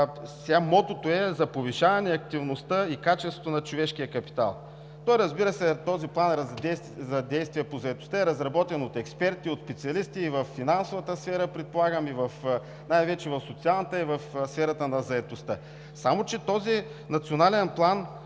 мотото е за повишаване активността и качеството на човешкия капитал. Разбира се, този план за действие по заетостта е разработен от експерти, от специалисти и във финансовата сфера, предполагам, най-вече в социалната, и в сферата на заетостта, одобрен е от социалните